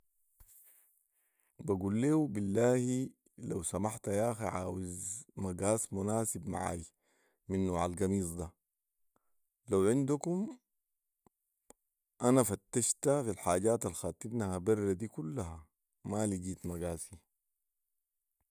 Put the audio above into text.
بقول ليهو بالله لو سمحت ياخي عاوز مقاس مناسب معاي من نوع القميص ده لو عندكم انا فتشت في الحاجات الخاتنها بره دي كلها ما لقيت مقاسي